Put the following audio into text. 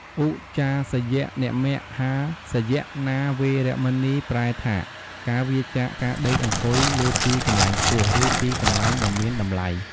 ឧច្ចាសយនមហាសយនា វេរមណី ប្រែថាការវៀរចាកការដេកអង្គុយលើទីកន្លែងខ្ពស់ ឬទីកន្លែងដ៏មានតម្លៃ ។